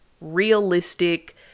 realistic